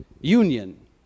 union